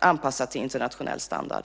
anpassat till internationell standard?